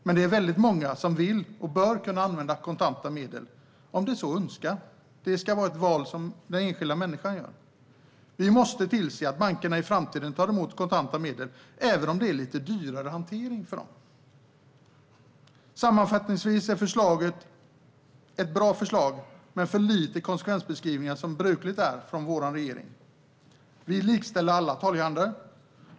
Men det är väldigt många som vill och bör kunna använda kontanta medel om de så önskar. Det ska vara ett val som den enskilda människan gör. Vi måste tillse att bankerna i framtiden tar emot kontanta medel, även om det är en lite dyrare hantering av dem. Sammanfattningsvis är förslaget bra men med för lite konsekvensbeskrivningar, som brukligt är från vår regering. Vi likställer alla torghandlare.